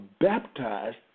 baptized